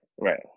right